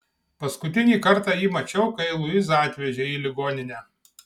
paskutinį kartą jį mačiau kai luizą atvežė į ligoninę